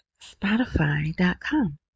spotify.com